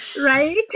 Right